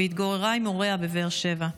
והתגוררה עם הוריה בבאר שבע,